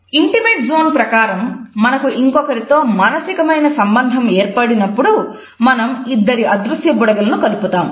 intimate zone ప్రకారము మనకు ఇంకొకరితో మానసికమైన సంబంధము ఏర్పడినప్పుడు మనం ఇద్దరి అదృశ్య బుడగలను కలుపుతాము